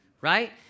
right